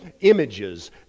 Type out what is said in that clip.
images